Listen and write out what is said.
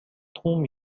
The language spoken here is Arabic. توم